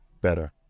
better